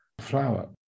flower